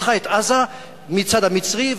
פתחה את עזה מהצד המצרי,